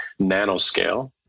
nanoscale